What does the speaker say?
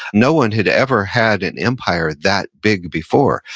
no one had ever had an empire that big before.